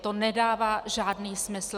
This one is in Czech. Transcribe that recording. To nedává žádný smysl!